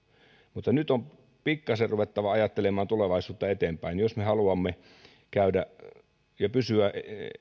mutta nyt on pikkasen ruvettava ajattelemaan tulevaisuutta eteenpäin jos me haluamme pysyä